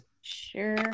Sure